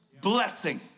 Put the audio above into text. blessing